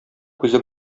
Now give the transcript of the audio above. күзе